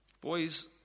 Boys